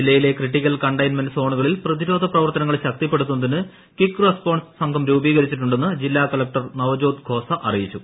ജില്ലയില്ലെ critical containment സോണുകളിൽ പ്രതിരോധ പ്രവർത്തനങ്ങൾ ശക്തിപ്പെടുത്തുന്നതിന് ക്വിക്ക് റെസ്പോൺസ് സംഘ്പം രൂപീകരിച്ചിട്ടുണ്ടെന്ന് ജില്ലാ കളക്ടർ നവ്ജ്യോത് ഖോസ അറിയിച്ചു